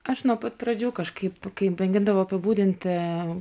aš nuo pat pradžių kažkaip kai bandydavau apibūdinti